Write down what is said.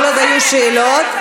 את לא יודעת מה קורה שם.